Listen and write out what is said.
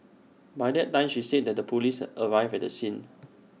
by that time she said that the Police arrived at the scene